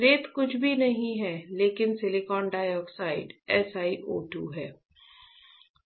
रेत कुछ भी नहीं है लेकिन सिलिकॉन डाइऑक्साइड SiO 2